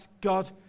God